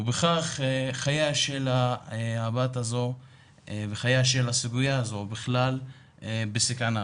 ובכך חייה של הבת הזאת וחייה של הסוגיה הזו בכלל בסכנה.